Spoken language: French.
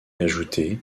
ajoutés